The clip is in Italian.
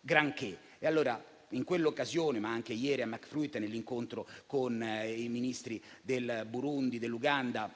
granché. In quell'occasione, ma anche ieri a Macfrut, nell'incontro con i Ministri del Burundi, dell'Uganda,